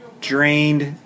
drained